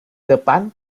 depan